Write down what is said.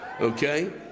okay